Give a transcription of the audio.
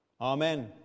Amen